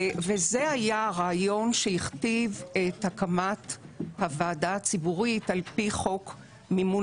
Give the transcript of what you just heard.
זה היה הרעיון שהכתיב את הקמת הוועדה הציבורית על פי חוק מימון